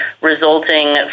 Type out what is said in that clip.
resulting